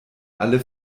alle